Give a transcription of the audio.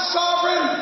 sovereign